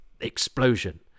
explosion